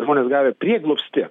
žmonės gavę prieglobstį